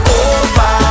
over